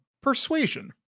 persuasion